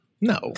No